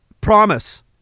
Promise